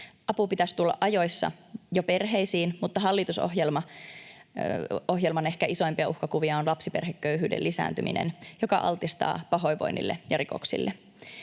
Avun pitäisi tulla ajoissa jo perheisiin, mutta hallitusohjelman ehkä isoimpia uhkakuvia on lapsiperheköyhyyden lisääntyminen, joka altistaa pahoinvoinnille ja rikoksille.